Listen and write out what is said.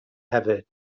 hefyd